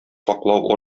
саклау